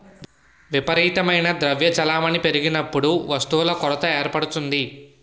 విపరీతమైన ద్రవ్య చలామణి పెరిగినప్పుడు వస్తువుల కొరత ఏర్పడుతుంది